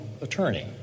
attorney